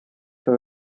for